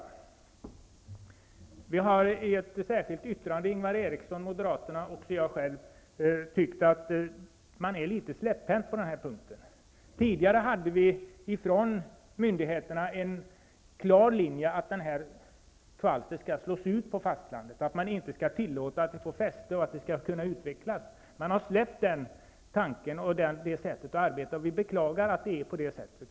Ingvar Eriksson från Moderaterna och jag har i ett särskilt yttrande sagt att man är litet släpphänt på den punkten. Tidigare hade myndigheterna en klar linje, som innebar att kvalstret skulle slås ut på fastlandet, att man inte skulle tillåta det att få fäste och kunna utvecklas. Nu har man släppt den tanken och det sättet att arbeta, och vi beklagar det.